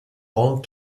old